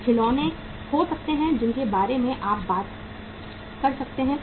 कुछ खिलौने हो सकते हैं जिनके बारे में आप बात करते हैं